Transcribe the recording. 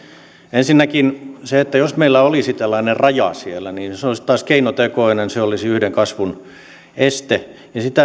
ensinnäkin jos meillä olisi tällainen raja siellä niin se olisi taas keinotekoinen se olisi yhden kasvun este